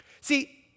See